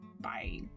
Bye